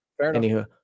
Anywho